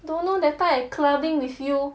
don't know that time I clubbing with you